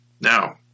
Now